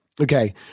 Okay